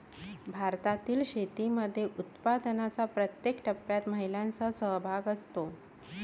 भारतातील शेतीमध्ये उत्पादनाच्या प्रत्येक टप्प्यात महिलांचा सहभाग असतो